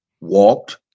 walked